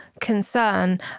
concern